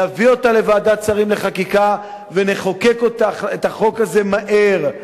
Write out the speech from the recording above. נביא אותה לוועדת שרים לחקיקה ונחוקק את החוק הזה מהר.